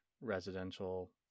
residential